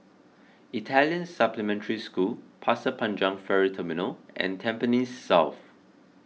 Italian Supplementary School Pasir Panjang Ferry Terminal and Tampines South